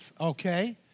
okay